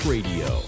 Radio